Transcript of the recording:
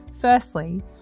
Firstly